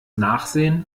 nachsehen